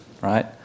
right